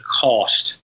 cost